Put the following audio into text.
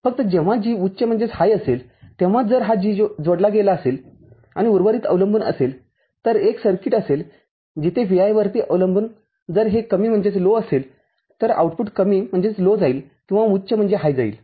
फक्त जेव्हा G उच्च असेल तेव्हाच जर हा G जोडला गेला असेल आणि उर्वरित अवलंबून असेल तर एक सर्किट असेल जिथे Vi वरती अवलंबून जर हे कमी असेल तर आउटपुट कमी जाईल किंवा उच्च जाईल